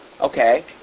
Okay